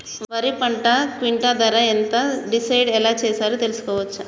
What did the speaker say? వరి పంటకు క్వింటా ధర ఎంత డిసైడ్ ఎలా చేశారు తెలుసుకోవచ్చా?